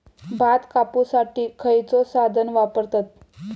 भात कापुसाठी खैयचो साधन वापरतत?